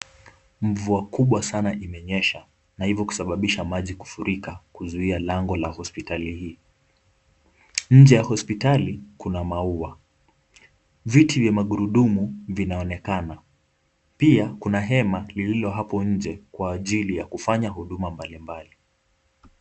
Mvua kubwa sana imenyesha na hivyo kusababisha maji kufurika kuzuia lango la hospitali hii. Nje ya hospitali kuna maua. Viti vya magurudumu vinaonekana, pia kuna hema lililo hapo nje kwa ajili ya kufanya huduma mbalimbali.